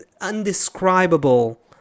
undescribable